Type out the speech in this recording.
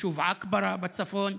היישוב עכברה בצפון.